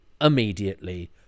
immediately